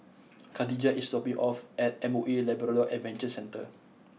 Khadijah is dropping me off at M O E Labrador Adventure Centre